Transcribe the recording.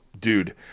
dude